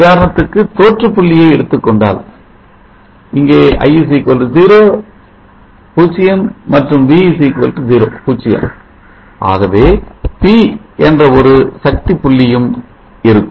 உதாரணத்திற்கு தோற்றப் புள்ளியை எடுத்துக்கொண்டால் இங்கே i 0 மற்றும் v 0 ஆகவே P என்ற ஒரு சக்தி புள்ளியும் இருக்கும்